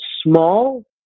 small